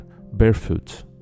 barefoot